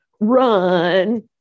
run